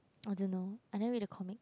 I don't know I don't read the comics